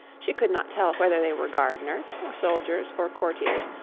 she could not tell whether they were gardeners, or soldiers, or courtiers,